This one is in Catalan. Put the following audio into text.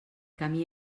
camí